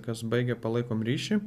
kas baigia palaikom ryšį